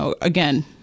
again